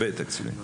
הרבה תקציבים.